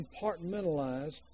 compartmentalized